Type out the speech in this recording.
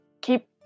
keep